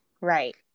right